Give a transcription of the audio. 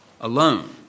alone